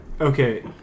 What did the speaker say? Okay